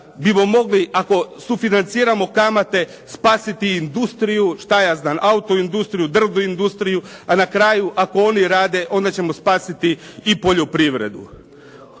bismo mogli ako sufinanciramo kamate spasiti industriju, šta ja znam autoindustriju, drvnu industriju, a na kraju ako oni rade onda ćemo spasiti i poljoprivredu.